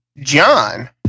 John